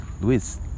Luis